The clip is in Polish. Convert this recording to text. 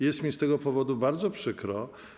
Jest mi z tego powodu bardzo przykro.